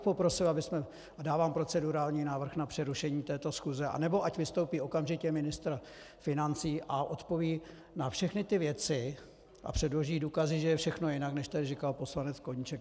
Poprosil bych a dávám procedurální návrh na přerušení této schůze, nebo ať vystoupí okamžitě ministr financí a odpoví na všechny ty věci a předloží důkazy, že je všechno jinak, než tady říkal poslanec Koníček.